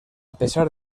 pesar